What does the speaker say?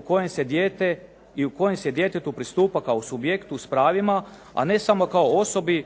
kojem se dijete i u kojem se djetetu pristupa kao subjektu s pravima, a ne samo kao osobi